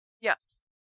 Yes